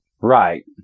Right